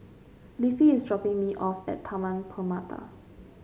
Leafy is dropping me off at Taman Permata